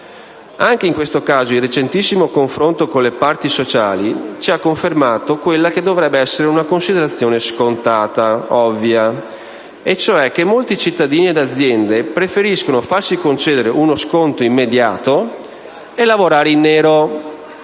Anche in questo caso il recentissimo confronto con le parti sociali ci ha confermato quella che dovrebbe essere una considerazione scontata e ovvia, e cioè che molti cittadini e aziende preferiscono accordarsi su uno sconto immediato e sul fatto